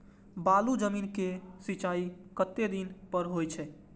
बालू जमीन क सीचाई कतेक दिन पर हो छे?